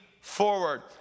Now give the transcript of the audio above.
forward